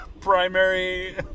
Primary